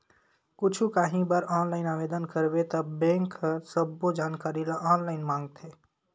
कुछु काही बर ऑनलाईन आवेदन करबे त बेंक ह सब्बो जानकारी ल ऑनलाईन मांगथे